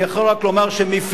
אני יכול רק לומר שמפלגתי,